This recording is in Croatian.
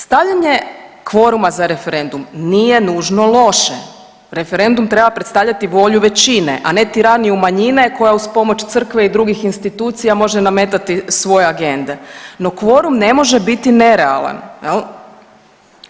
Stavljanje kvoruma za referendum nije nužno loše, referendum treba predstavljati volju većine, a ne tiraniju manjine koja uz pomoć crkve i drugih institucija može nametati svoje agende, no kvorum ne može biti nerealan jel.